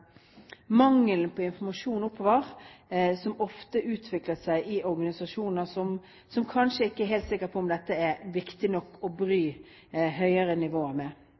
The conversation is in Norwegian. mangelen på informasjon oppover, som ofte utvikler seg i organisasjoner som kanskje ikke er helt sikker på om dette er viktig nok til å bry høyere nivåer med.